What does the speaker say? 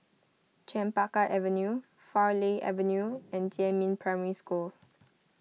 Chempaka Avenue Farleigh Avenue and Jiemin Primary School